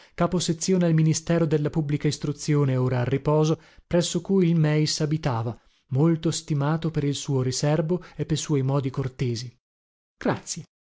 caposezione al ministero della pubblica istruzione ora a riposo presso cui il meis abitava molto stimato per il suo riserbo e pe suoi modi cortesi grazie